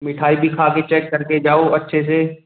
मिठाई भी खा कर चेक कर के जाओ अच्छे से